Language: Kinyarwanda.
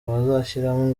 bazashyiramo